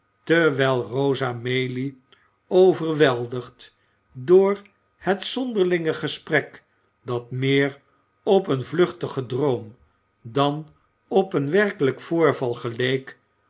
terwijl rosa maylie overweldigd door het zonderlinge gesprek dat meer op een vluchtigen droom dan op een werkelijk voorval geleek